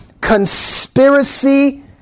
conspiracy